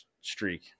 streak